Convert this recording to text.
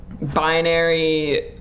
binary